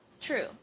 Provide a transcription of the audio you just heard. True